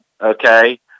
Okay